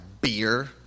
beer